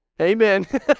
Amen